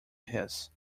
his